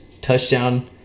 touchdown